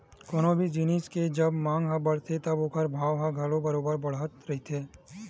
कोनो भी जिनिस के जब मांग ह बड़थे तब ओखर भाव ह घलो बरोबर बड़त रहिथे